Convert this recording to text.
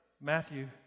Matthew